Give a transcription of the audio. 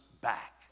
back